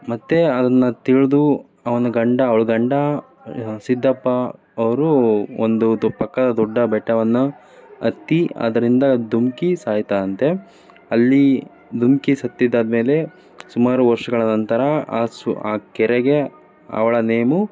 ಮತ್ತು ಅದನ್ನು ತಿಳಿದು ಅವನ ಗಂಡ ಅವ್ಳ ಗಂಡ ಸಿದ್ದಪ್ಪ ಅವರು ಒಂದು ಅದು ಪಕ್ಕ ದೊಡ್ಡ ಬೆಟ್ಟವನ್ನು ಹತ್ತಿ ಅದರಿಂದ ಧುಮುಕಿ ಸಾಯ್ತಾನಂತೆ ಅಲ್ಲಿ ಧುಮುಕಿ ಸತ್ತಿದ್ದಾದ ಮೇಲೆ ಸುಮಾರು ವರ್ಷಗಳ ನಂತರ ಆ ಸು ಆ ಕೆರೆಗೆ ಅವಳ ನೇಮು